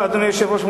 אדוני היושב-ראש,